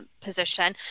position